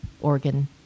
organ